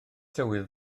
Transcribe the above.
tywydd